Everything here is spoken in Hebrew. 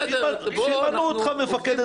שימנו אותך מפקד צבאי,